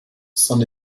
s’en